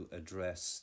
address